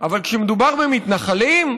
אבל כשמדובר במתנחלים,